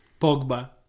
Pogba